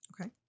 Okay